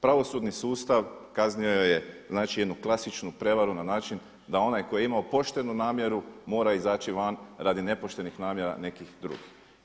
Pravosudni sustav kaznio je znači jednu klasičnu prijevaru na način da onaj tko je imao poštenu namjeru mora izaći van radi nepoštenih namjera nekih drugih.